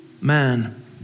man